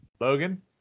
Logan